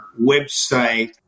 website